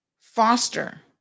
foster